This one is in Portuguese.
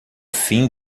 fim